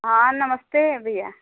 हाँ नमस्ते भैया